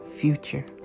future